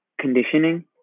conditioning